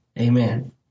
Amen